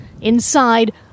inside